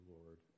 Lord